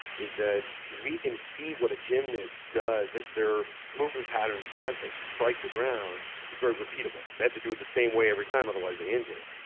is that we can see what a gymnast does. their their movement patterns as they strike the ground is very repeatable. they have to do it the same way every time, otherwise they injure.